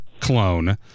clone